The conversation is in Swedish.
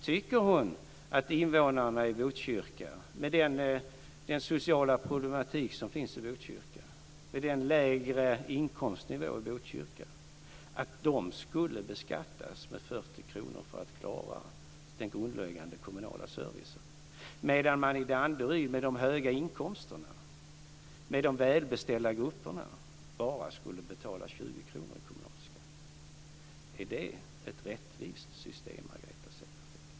Tycker hon att invånarna i Botkyrka med den sociala problematik och låga inkomstnivå som finns där skulle beskattas med 40 kr för att man skulle klara den grundläggande kommunala servicen, medan man i Danderyd där invånarna har höga inkomster, där det bor välbeställda grupper bara skulle betala 20 kr i kommunalskatt? Är det ett rättvist system, Margareta Cederfelt?